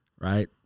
right